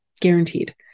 guaranteed